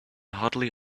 hardly